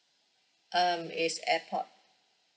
um it's AirPod